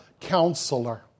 counselor